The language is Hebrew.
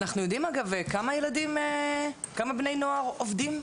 האם אנחנו יודעים כמה בני נוער עובדים?